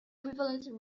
equivalent